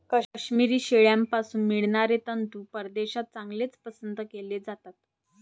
काश्मिरी शेळ्यांपासून मिळणारे तंतू परदेशात चांगलेच पसंत केले जातात